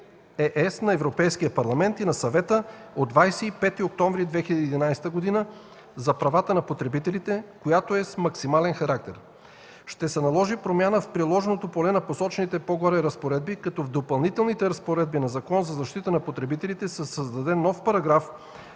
на Европейския парламент и на Съвета от 25 октомври 2011 г. за правата на потребителите, която е с максимален характер. Това ще наложи промяна в приложното поле на посочените по-горе разпоредби като в Допълнителните разпоредби на Закона за защита на потребителите се създаде нов параграф,